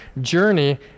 journey